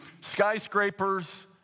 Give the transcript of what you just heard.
skyscrapers